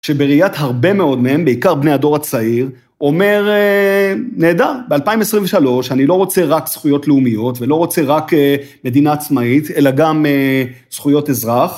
שבראיית הרבה מאוד מהם, בעיקר בני הדור הצעיר, אומר נהדר, ב-2023 אני לא רוצה רק זכויות לאומיות, ולא רוצה רק מדינה עצמאית, אלא גם זכויות אזרח.